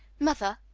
mother,